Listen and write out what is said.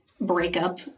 breakup